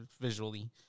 visually